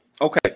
Okay